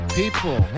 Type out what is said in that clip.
people